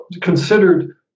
considered